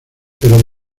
pero